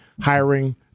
hiring